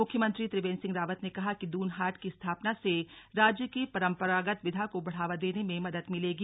मुख्यमंत्री त्रिवेन्द्र सिंह रावत ने कहा कि दून हाट की स्थापना से राज्य की परंपरागत विधा को बढ़ावा देने में मदद मिलेगी